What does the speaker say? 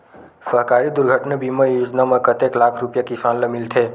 सहकारी दुर्घटना बीमा योजना म कतेक लाख रुपिया किसान ल मिलथे?